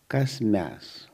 kas mes